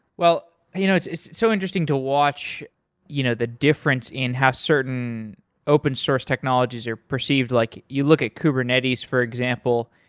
you know it's it's so interesting to watch you know the difference in how certain open-source technologies are perceived, like you look at kubernetes for example,